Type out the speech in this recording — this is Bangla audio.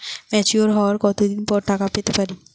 ম্যাচিওর হওয়ার কত দিন পর টাকা পেতে পারি?